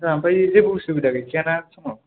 ओमफ्राय जेबो उसुबिदा गैखायाना